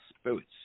spirits